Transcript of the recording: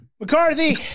McCarthy